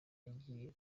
agiye